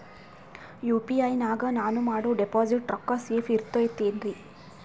UPI ನಾಗ ನಾನು ಮಾಡೋ ಡಿಪಾಸಿಟ್ ರೊಕ್ಕ ಸೇಫ್ ಇರುತೈತೇನ್ರಿ?